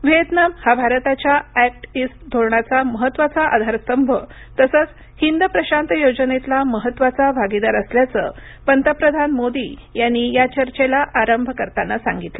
Vietnam हा भारताच्या act east धोरणाचा महत्त्वाचा आधारस्तंभ तसंच हिंद प्रशांत योजनेतला महत्त्वाचा भागीदार असल्याचं पंतप्रधान मोदी यांनी या चर्चेला प्रारंभ करताना सांगितलं